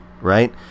Right